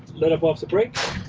let up off the brake,